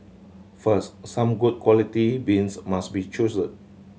first some good quality beans must be chosen